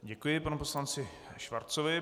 Děkuji panu poslanci Schwarzovi.